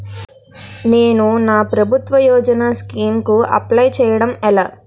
నేను నా ప్రభుత్వ యోజన స్కీం కు అప్లై చేయడం ఎలా?